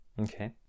Okay